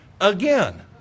again